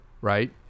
right